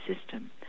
system